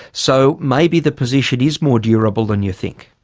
so maybe the position is more durable than you think?